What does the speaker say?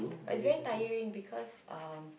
but is very tiring because um